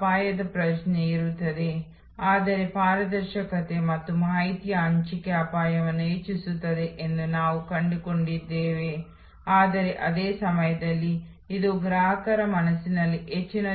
ಆದರೆ ನಾವು ಸ್ವಲ್ಪ ಹಿಂದುಳಿದದ್ದನ್ನು ಪ್ರಾರಂಭಿಸಬೇಕು ಆದ್ದರಿಂದ ನಾವು ಈ ಎರಡು ಬ್ಲಾಕ್ಗಳನ್ನು ಮೊದಲೇ